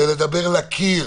זה לדבר לקיר.